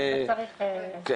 אני